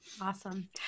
Awesome